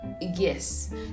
yes